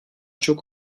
çok